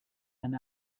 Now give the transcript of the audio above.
and